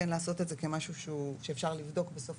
כן לעשות את זה כמשהו שאפשר לבדוק בסוף